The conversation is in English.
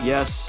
Yes